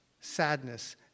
sadness